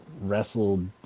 wrestled